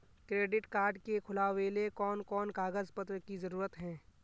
Credit card के खुलावेले कोन कोन कागज पत्र की जरूरत है?